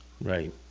Right